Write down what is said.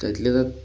त्यातले त्यात